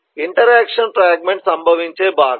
మొదటిది interaction fragment సంభవించే భాగం